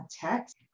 text